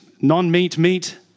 non-meat-meat